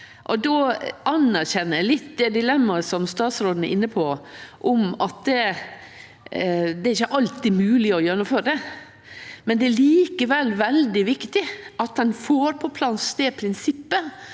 Eg anerkjenner litt det dilemmaet som statsråden var inne på, at det ikkje alltid er mogleg å gjennomføre. Men det er likevel veldig viktig at ein får på plass det prinsippet,